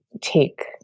take